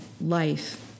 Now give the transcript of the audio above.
life